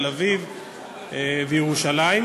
תל-אביב וירושלים,